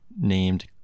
named